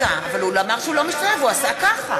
רגע, אבל הוא אמר שהוא לא משתתף, הוא עשה ככה.